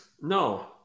No